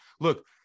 look